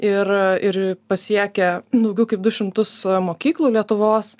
ir ir pasiekę daugiau kaip du šimtus mokyklų lietuvos